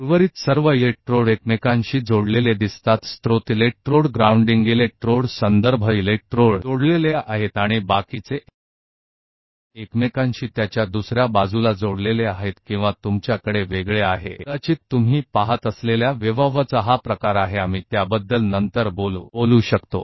लगता है कि सभी इलेक्ट्रोड एक स्रोत इलेक्ट्रोड ग्राउंडिंग इलेक्ट्रोड संदर्भ इलेक्ट्रोड सही से जुड़े हुए हैं और बाकी इसे दूसरी तरफ एक दूसरे से जोड़ते हैं या आपके पास एक अलग संयोजन हो सकता है यह तब तरंगों का प्रकार है जो आप देख रहे हैं मैं हम ईईजी के बारे में बाद में भी बात कर सकते हैं